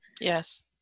Yes